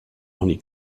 honey